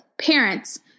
Parents